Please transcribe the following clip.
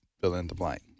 fill-in-the-blank